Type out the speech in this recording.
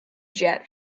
jet